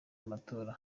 amatora